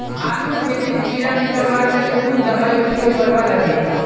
आलूर खेतीत कीड़ा निकलवार तने कुन दबाई उपयोग करवा लगे?